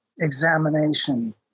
examination